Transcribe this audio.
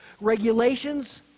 regulations